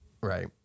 right